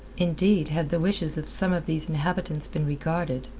indeed, had the wishes of some of these inhabitants been regarded,